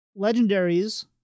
legendaries